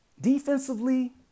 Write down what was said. defensively